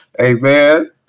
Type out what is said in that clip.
Amen